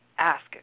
Ask